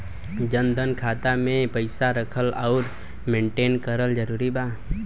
जनधन खाता मे पईसा रखल आउर मेंटेन करल जरूरी बा?